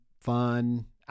fun